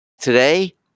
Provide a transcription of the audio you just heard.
Today